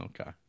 Okay